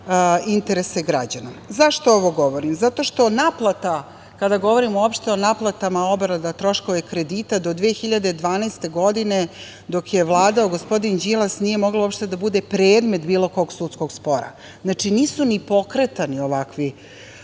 interese građana. Zašto ovo govorim? Zato što naplata, kada govorimo uopšte o naplatama obrade troškova kredita do 2012. godine, dok je vladao gospodin Đilas, nije moglo da bude predmet uopšte bilo kog sudskog spora. Znači, nisu ni pokretani ovakvi